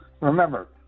Remember